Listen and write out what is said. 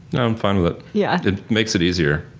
i'm fine with it. yeah it makes it easier.